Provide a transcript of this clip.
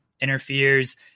interferes